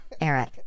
Eric